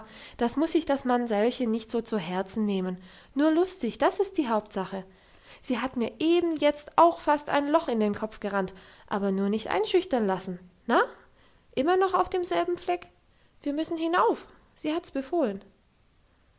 das muss sich das mamsellchen nicht so zu herzen nehmen nur lustig das ist die hauptsache sie hat mir eben jetzt auch fast ein loch in den kopf gerannt aber nur nicht einschüchtern lassen na immer noch auf demselben fleck wir müssen hinauf sie hat's befohlen